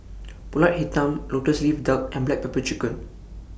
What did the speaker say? Pulut Hitam Lotus Leaf Duck and Black Pepper Chicken